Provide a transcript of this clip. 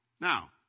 Now